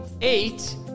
eight